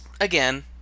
again